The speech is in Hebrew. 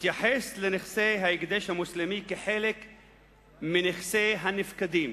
התייחס לנכסי ההקדש המוסלמי כחלק מנכסי הנפקדים,